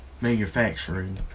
manufacturing